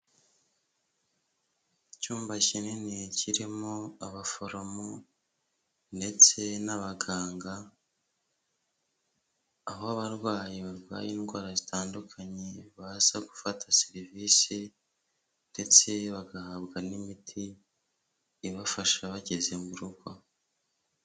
Icyumba kinini kirimo abaforomo ndetse n'abaganga, aho abarwayi barwaye indwara zitandukanye baza gufata serivisi ndetse bagahabwa n'imiti ibafasha bageze mu rugo.